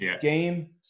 game